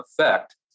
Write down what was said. effect